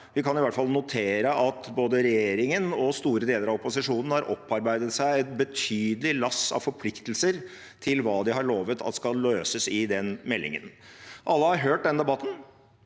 Vi kan i hvert fall notere at både regjeringen og store deler av opposisjonen har opparbeidet seg et betydelig lass av forpliktelser med tanke på hva de har lovet at man skal løse i forbindelse med den meldingen. Alle har hørt denne debatten,